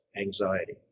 anxiety